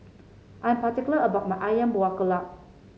I'm particular about my ayam Buah Keluak